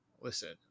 listen